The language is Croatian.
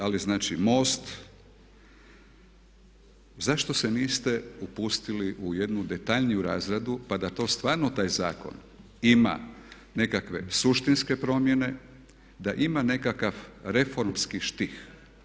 Ali znači MOST zašto se niste upustili u jednu detaljniju razradu pa da to stvarno taj zakon ima nekakve suštinske promjene, da ima nekakav reformski štih.